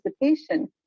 participation